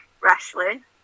wrestling